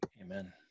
Amen